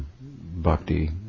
Bhakti